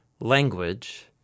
language